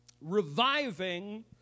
reviving